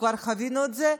וכבר חווינו את זה,